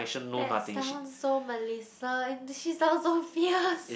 that sounds so Melissa and she sounds so fierce